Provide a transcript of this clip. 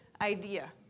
idea